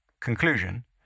Conclusion